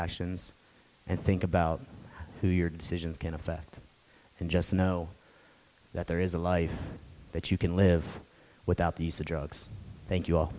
actions and think about who your decisions can affect and just know that there is a life that you can live without the use of drugs thank you